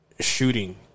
shooting